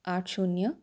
आठ शून्य